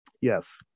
Yes